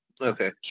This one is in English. okay